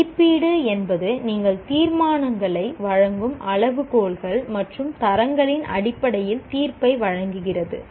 மதிப்பீடு என்பது நீங்கள் தீர்மானங்களை வழங்கும் அளவுகோல்கள் மற்றும் தரங்களின் அடிப்படையில் தீர்ப்பை வழங்குகிறது